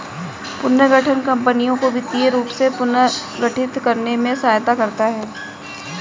पुनर्गठन कंपनियों को वित्तीय रूप से पुनर्गठित करने में सहायता करता हैं